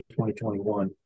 2021